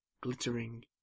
glittering